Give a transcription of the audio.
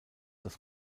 das